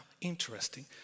Interesting